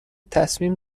تصمیم